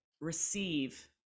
receive